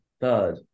third